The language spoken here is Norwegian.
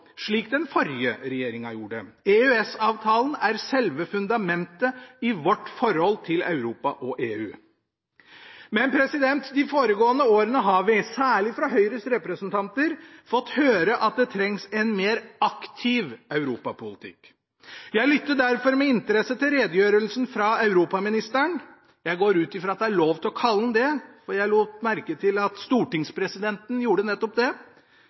slik den forrige regjeringen gjorde. EØS-avtalen er selve fundamentet i vårt forhold til Europa og EU. Men de foregående årene har vi fått høre – særlig fra Høyres representanter – at det trengs en mer aktiv europapolitikk. Jeg lyttet derfor med interesse til redegjørelsen fra europaministeren – jeg går ut fra at det er lov til å kalle ham det, for jeg lot merke til at stortingspresidenten gjorde nettopp det.